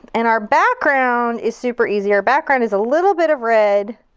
and our background is super easy. our background is a little bit of red,